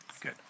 Good